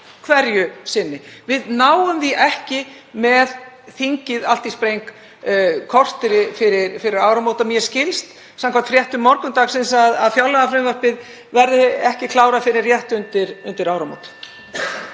hverju sinni. Við náum því ekki með þingið allt í spreng korteri fyrir áramót. Mér skilst, samkvæmt fréttum morgunsins, að fjárlagafrumvarpið verði ekki klárað fyrr en rétt undir áramót.